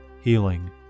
healing